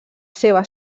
seva